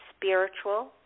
spiritual